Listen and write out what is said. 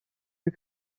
you